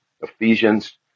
Ephesians